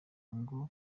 ngo